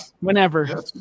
whenever